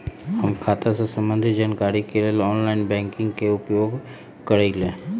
हम खता से संबंधित जानकारी के लेल ऑनलाइन बैंकिंग के उपयोग करइले